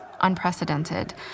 unprecedented